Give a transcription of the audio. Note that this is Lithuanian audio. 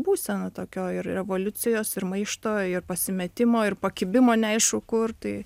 būsena tokio ir revoliucijos ir maišto ir pasimetimo ir pakibimo neaišku kur tai